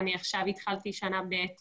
עוד קב"נים